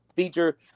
Feature